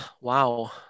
Wow